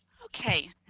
okay,